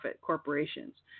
corporations